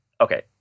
okay